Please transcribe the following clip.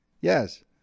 Yes